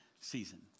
season